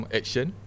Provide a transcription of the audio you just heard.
action